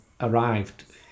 arrived